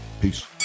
Peace